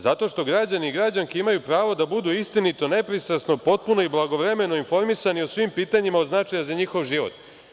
Zato što građani i građanke imaju pravo da budu istinito, nepristrasno, potpuno i blagovremeno informisani o svim pitanjima od značaja za njihov život.